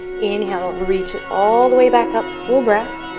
inhale, reach all the way back up, full breath.